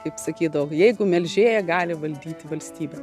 kaip sakydavo jeigu melžėja gali valdyti valstybę